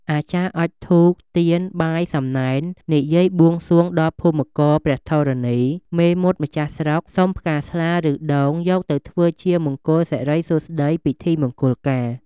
អាចារ្យអុជធូប ទៀន បាយ សំណែន និយាយបួង សួងដល់ភូមិករព្រះធរណី មេមត់ម្ចាស់ស្រុក សុំផ្កាស្លាឬ ដូង យកទៅធ្វើជាមង្គលសិរីសួស្តីពិធីមង្គលការ ។